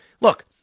Look